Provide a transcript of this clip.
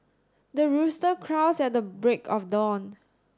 the rooster crows at the break of dawn